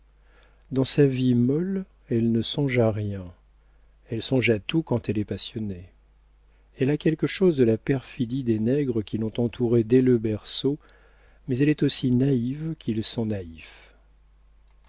dans sa vie molle elle ne songe à rien elle songe à tout quand elle est passionnée elle a quelque chose de la perfidie des nègres qui l'ont entourée dès le berceau mais elle est aussi naïve qu'ils sont naïfs